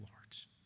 lords